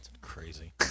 Crazy